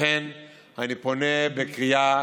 לכן אני פונה בקריאה